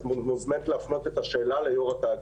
את מוזמנת להפנות את השאלה ליו"ר התאגיד.